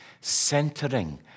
centering